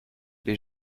les